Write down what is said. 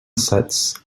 sets